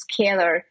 scalar